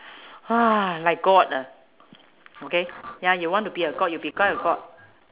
like god ah okay ya you want to be a god you become a god